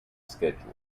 schedule